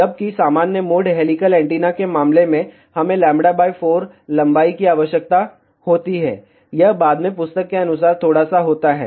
जबकि सामान्य mode helical antenna के मामले में हमें λ 4 लंबाई की आवश्यकता होती है यह बाद में पुस्तक के अनुसार थोड़ा सा होता है